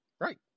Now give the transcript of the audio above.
right